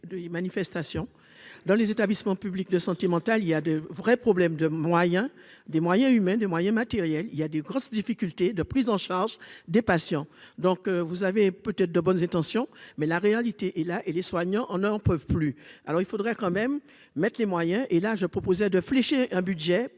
: manifestations dans les établissements publics de santé mentale, il y a de vrais problèmes de moyens, des moyens humains, des moyens matériels, il y a de grosses difficultés de prise en charge des patients donc vous avez peut-être de bonnes intentions, mais la réalité est là et les soignants, on n'en peuvent plus, alors il faudrait quand même mettent les moyens et là, j'ai proposé de flécher un budget